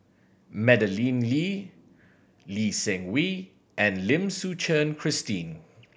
Madeleine Lee Lee Seng Wee and Lim Suchen Christine